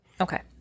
Okay